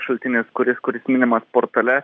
šaltinis kuris kuris minimas portale